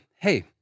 hey